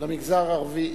למגזר הערבי.